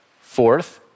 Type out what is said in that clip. Fourth